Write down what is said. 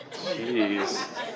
Jeez